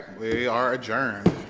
we are adjourned